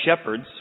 shepherds